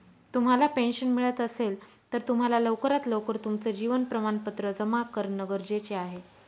तुम्हाला पेन्शन मिळत असेल, तर तुम्हाला लवकरात लवकर तुमचं जीवन प्रमाणपत्र जमा करणं गरजेचे आहे